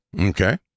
Okay